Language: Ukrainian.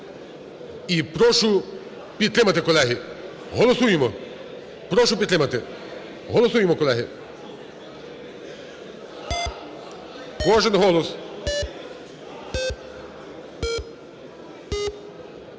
і прошу підтримати, колеги. Голосуємо, прошу підтримати. Голосуємо, колеги, кожен голос.